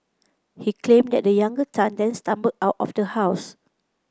he claimed that the younger Tan then stumbled out of the house